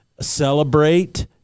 celebrate